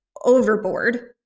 overboard